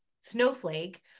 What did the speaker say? snowflake